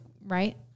right